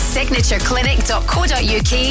Signatureclinic.co.uk